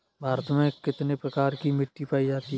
भारत में कितने प्रकार की मिट्टी पायी जाती है?